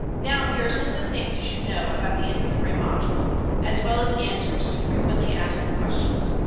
now here are some of the things you should know about the inventory module as well as answers to frequently asked questions.